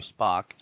Spock